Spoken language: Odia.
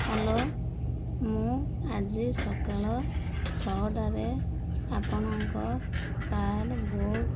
ହ୍ୟାଲୋ ମୁଁ ଆଜି ସକାଳ ଛଅଟାରେ ଆପଣଙ୍କ କାର୍ ବୁକ୍